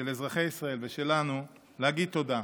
של אזרחי ישראל ושלנו להגיד תודה.